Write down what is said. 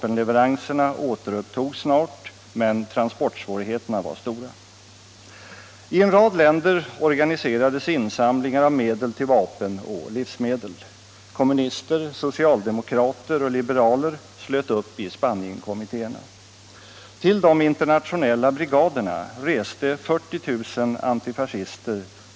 Endast en mindre del av de politiska fångarna har frigivits. Tusentals spanjorer hålls alltjämt fängslade av politiska skäl.